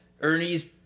Ernie's